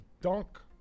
dunk